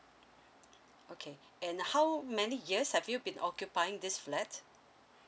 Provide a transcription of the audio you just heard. okay and how many years have you been occupying this flat